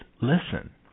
listen